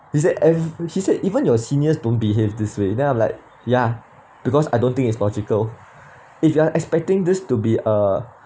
he said ev~ he said even your seniors don't behave this way then I'm like ya because I don't think it's logical if you are expecting this to be a